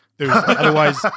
Otherwise